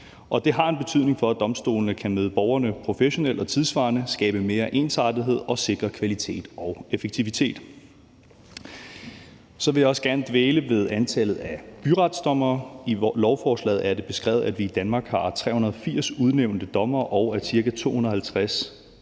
det har en betydning, i forhold til om domstolene kan møde borgerne professionelt og tidssvarende og skabe mere ensartethed og sikre kvalitet og effektivitet. Så vil jeg også gerne dvæle ved antallet af byretsdommere. I lovforslaget er det beskrevet, at vi har 380 udnævnte dommere og ca. 250